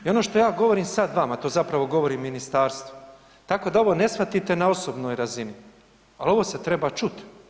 I ono što ja govorim sada vama, to zapravo govorim ministarstvu tako da ovo ne shvatite na osobnoj razini, ali ovo se treba čuti.